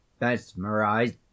mesmerized